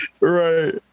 right